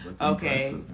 Okay